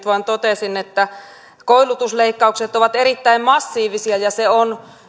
vaan totesin että koulutusleikkaukset ovat erittäin massiivisia ja se on